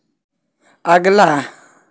अगला